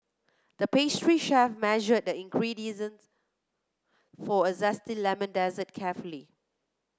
the pastry chef measured the ingredient for a zesty lemon dessert carefully